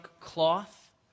cloth